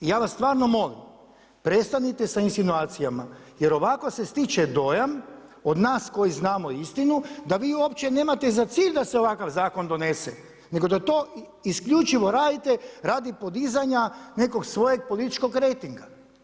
Ja vas stvarno molim prestanite sa insinuacijama jer ovako se stiče dojam od nas koji znamo istinu da vi uopće nemate za cilj da se ovakav zakon donese nego da to isključivo radite radi podizanja nekog svojeg političkog rejtinga.